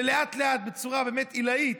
ולאט-לאט, בצורה עילאית,